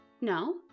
No